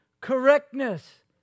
correctness